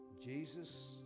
Jesus